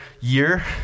year